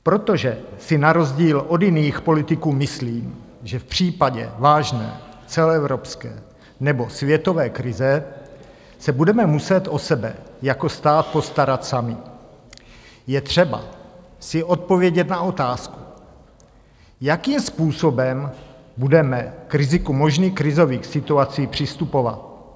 Protože si na rozdíl od jiných politiků myslím, že v případě vážné celoevropské nebo světové krize se budeme muset o sebe jako stát postarat sami, je třeba si odpovědět na otázku, jakým způsobem budeme k riziku možných krizových situací přistupovat.